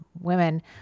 women